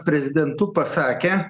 prezidentu pasakė